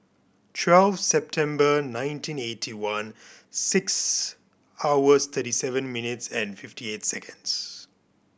twelve September nineteen eighty one six hours thirty seven minutes and fifty eight seconds